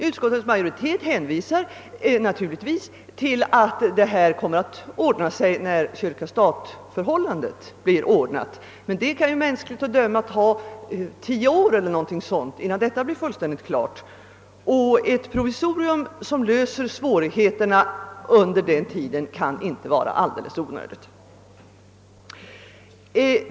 Utskottsmajoriteten hänvisar givetvis till att frågan kommer att lösas när förhållandet mellan stat och kyrka ordnats, men mänskligt att döma kan det dröja omkring tio år innan det problemet är avklarat, varför ett provisorium som löser svårigheterna under denna tid inte kan vara alldeles onödigt.